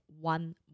one